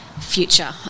future